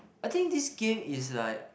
I think this game is like